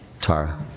Tara